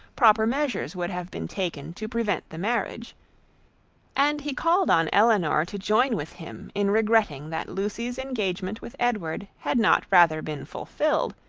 proper measures would have been taken to prevent the marriage and he called on elinor to join with him in regretting that lucy's engagement with edward had not rather been fulfilled,